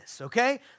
okay